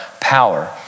power